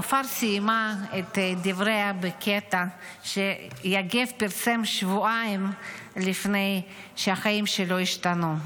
נופר סיימה את דבריה בקטע שיגב פרסם שבועיים לפני שהחיים שלו השתנו: